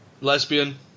lesbian